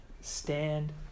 Stand